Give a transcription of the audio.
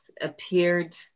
appeared